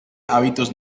hábitos